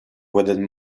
within